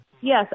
Yes